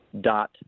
dot